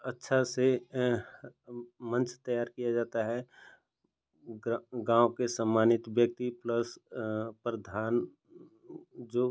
अच्छा से मंच तैयार किया जाता है गाँव के सम्मानित व्यक्ति प्लस प्रधान जो